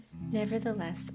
Nevertheless